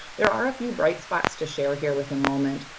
there are a few bright spots to share here with enrollment.